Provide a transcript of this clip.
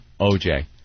oj